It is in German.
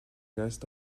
geist